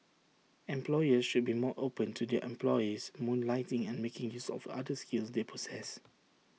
employers should be more open to their employees moonlighting and making use of other skills they possess